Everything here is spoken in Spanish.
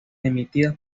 emitidas